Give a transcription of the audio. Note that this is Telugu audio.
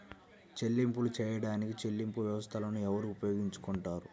చెల్లింపులు చేయడానికి చెల్లింపు వ్యవస్థలను ఎవరు ఉపయోగించుకొంటారు?